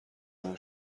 اون